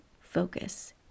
focus